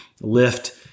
lift